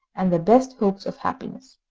and the best hopes of happiness.